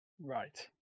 Right